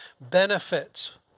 benefits